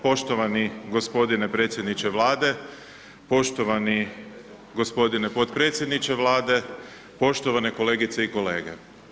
Poštovani g. predsjedniče Vlade, poštovani g. potpredsjedniče Vlade, poštovane kolegice i kolege.